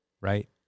right